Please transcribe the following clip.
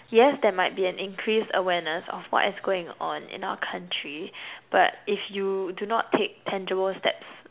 yes there might be an increased awareness of what is going on in our country but if you do not take tangible steps